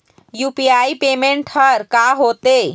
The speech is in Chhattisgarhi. यू.पी.आई पेमेंट हर का होते?